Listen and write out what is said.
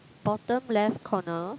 bottom left corner